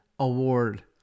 award